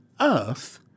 earth